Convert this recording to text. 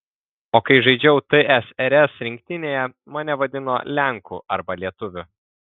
o kai žaidžiau tsrs rinktinėje mane vadino lenku arba lietuviu